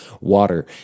water